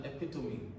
epitome